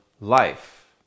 life